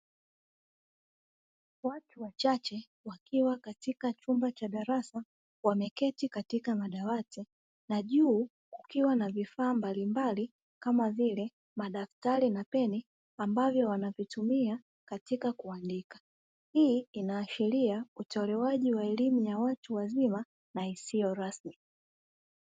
Watu wachache wakiwa katika chumba cha darasa wameketi katika madawati na juu kukiwa na vifaa mbalimbali kama vile madaftari na peni, ambavyo wanavitumia katika kuandika. Hii inaashiria utolewaji wa elimu ya watu wazima na isiyo rasmi.